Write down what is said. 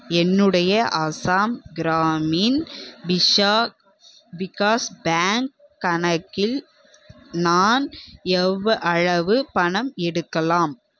என்னுடைய அசாம் கிராமின் பிஷா விகாஷ் பேங்க் கணக்கில் நான் எவ்வளவு பணம் எடுக்கலாம்